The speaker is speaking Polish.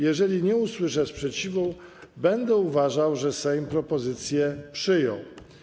Jeżeli nie usłyszę sprzeciwu, będę uważał, że Sejm propozycję przyjął.